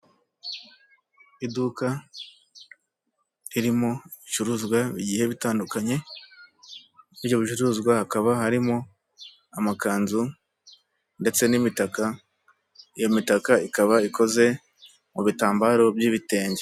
Iduka ririmo ibicuruzwa bigiye bitandukanye, ibyo bicuruzwa hakaba harimo amakanzu ndetse n'imitaka, iyo mitaka ikaba ikoze mu bitambaro by'ibitenge.